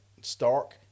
stark